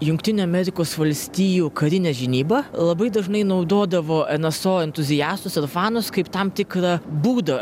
jungtinių amerikos valstijų karinė žinyba labai dažnai naudodavo nso entuziastus ir fanus kaip tam tikra būdą